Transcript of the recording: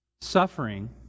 suffering